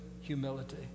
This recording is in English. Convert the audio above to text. humility